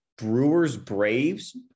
Brewers-Braves